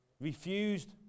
Refused